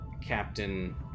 Captain